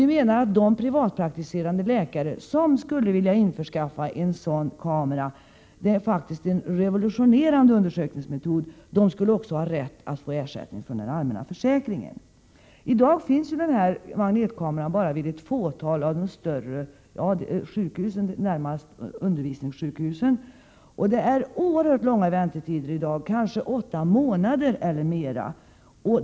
Vi menar att de privatpraktiserande läkare som skulle vilja införskaffa en sådan kamera — det är faktiskt en revolutionerande undersökningsmetod— också skulle ha rätt att få ersättning från den allmänna försäkringen. I dag finns magnetkamera endast vid ett fåtal av de större sjukhusen — närmast undervisningssjukhusen — och det är oerhört långa väntetider, kanske åtta månader eller mera.